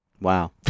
Wow